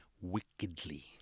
wickedly